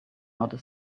outer